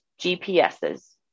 GPS's